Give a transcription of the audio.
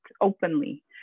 openly